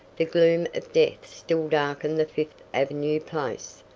the gloom of death still darkened the fifth avenue place,